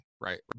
right